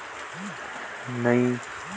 छोटे दुकान चलाय बर सरकारी सहायता मिल सकत हे का?